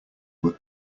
were